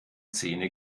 zähne